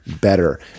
better